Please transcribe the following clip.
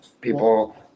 People